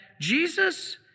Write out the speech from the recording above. Jesus